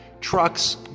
trucks